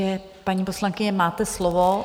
Takže, paní poslankyně, máte slovo.